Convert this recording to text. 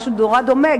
משהו נורא דומה,